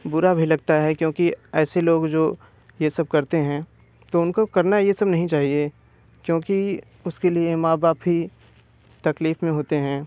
बुरा भी लगता है क्योंकि ऐसे लोग जो ये सब करते हैं तो उनको करना ये सब नहीं चाहिए क्योंकि उसके लिए माँ बाप ही तकलीफ़ में होते हैं